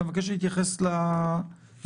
אתה מבקש להתייחס לדברים?